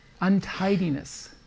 untidiness